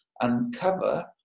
uncover